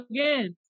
again